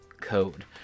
code